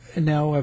now